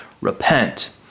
repent